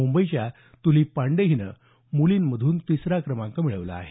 मुंबईच्या तुलीप पांडे हिनं मुलींमधून तिसरा क्रमांक मिळवला आहे